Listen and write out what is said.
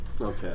Okay